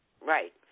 Right